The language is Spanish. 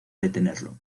detenerlo